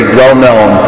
well-known